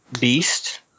beast